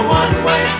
one-way